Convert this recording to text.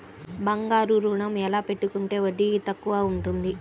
బంగారు ఋణం ఎలా పెట్టుకుంటే వడ్డీ తక్కువ ఉంటుంది?